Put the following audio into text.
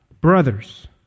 brothers